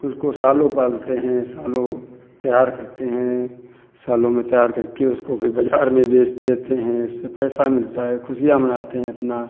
उसको सालों पालते हैं सालों तैयार करते हैं सालों में तैयार करके उसको फिर बाज़ार में बेच देते हैं उससे पैसा मिलता है खुशियाँ मनाते हैं अपना